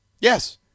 Yes